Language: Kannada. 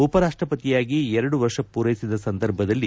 ಉಪರಾಷ್ಟಪತಿಯಾಗಿ ಎರಡು ವರ್ಷ ಮೂರೈಸಿದ ಸಂದರ್ಭದಲ್ಲಿ